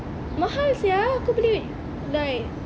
mahal sia aku beli like